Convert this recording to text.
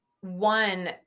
One